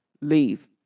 leave